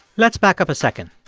let's back up a second.